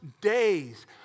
days